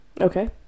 Okay